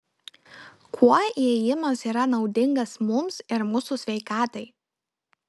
kuo ėjimas yra naudingas mums ir mūsų sveikatai